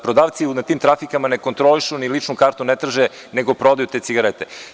Prodavci na tim trafikama ne kontrolišu ni ličnu kartu, nego prodaju te cigarete.